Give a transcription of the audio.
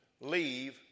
leave